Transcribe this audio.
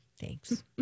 Thanks